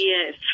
Yes